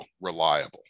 reliable